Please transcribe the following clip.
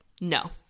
no